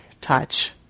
touch